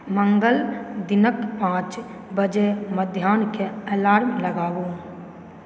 मंगल दिनक पांच बजे मध्याह्न के अलार्म लगाउ